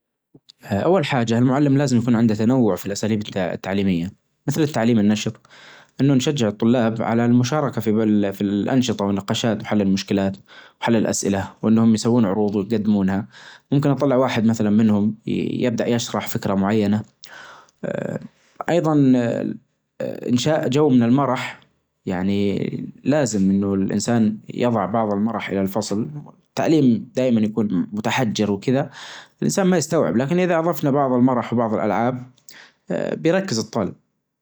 اول حاجة المعلم لازم يكون عنده تنوع في الاساليب التعليمية. مثل التعليم النشط انه نشجع الطلاب على المشاركة في الانشطة والنقاشات وحل المشكلات. وحل الاسئلة وانهم يسوون عروظ ويجدمونها ممكن اطلع واحد مثلا منهم يبدأ يشرح فكرة معينة ايظا انشاء جو من المرح يعني لازم انه الانسان يظع بعظ المرح الى الفصل تعليم دايما يكون متحجر وكذا الانسان ما يستوعب لكن اذا اظفنا بعظ المرح وبعظ الالعاب بيركز الطالب.